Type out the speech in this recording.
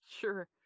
sure